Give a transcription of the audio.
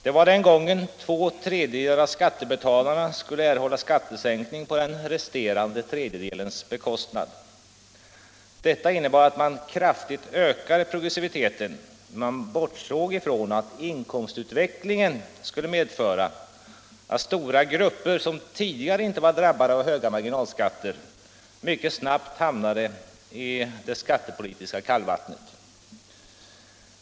Det var den gången två tredjedelar av skattebetalarna skulle erhålla skattesänkning på den resterande tredjedelens bekostnad. Detta innebar att man kraftigt ökade progressiviteten, men man bortsåg från att inkomstutvecklingen skulle medföra att stora grupper, som tidigare inte varit drabbade av höga marginalskatter, mycket snabbt hamnade i det skattepolitiska kallvattnet.